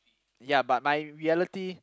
ya but my reality